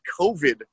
COVID